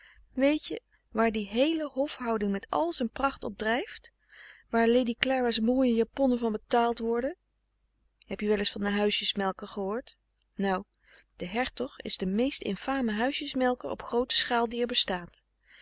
weet je waar die heele hofhouding met al z'n pracht op drijft waar lady clara's mooie frederik van eeden van de koele meren des doods japonnen van betaald worden heb je wel eens van een huisjesmelker gehoord nou de hertog is de meest infame huisjesmelker op groote schaal die er bestaat